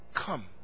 Come